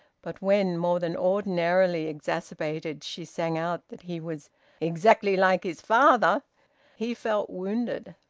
but when, more than ordinarily exacerbated, she sang out that he was exactly like his father he felt wounded.